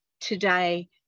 today